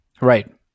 Right